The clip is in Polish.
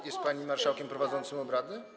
A jest pani marszałkiem prowadzącym obrady?